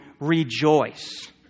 rejoice